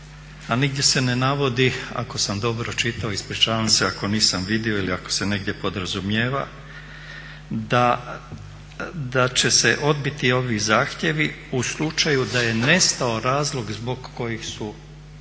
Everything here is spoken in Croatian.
a nigdje se ne navodi ako sam dobro čitao, ispričavam se ako nisam vidio ili ako se negdje podrazumijeva, da će se odbiti ovi zahtjevi u slučaju da je nestao razlog zbog kojeg su